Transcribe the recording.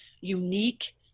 unique